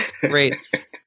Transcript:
great